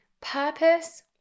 Purpose